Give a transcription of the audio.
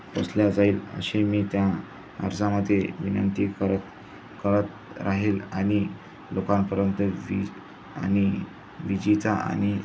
पोचल्या जाईल असे मी त्या अर्जामध्ये विनंती करत करत राहील आणि लोकांपर्यंत वीज आणि विजेचा आणि